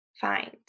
find